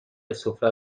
سفره